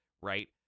right